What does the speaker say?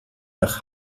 nach